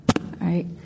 Right